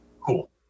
cool